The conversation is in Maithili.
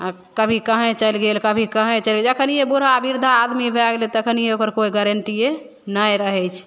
कभी कहैँ चलि गेल कभी कहैँ चलि जखनिए बूढ़ा वृद्धा आदमी भै गेलै तखनिए ओकर कोइ गारण्टिए नहि रहै छै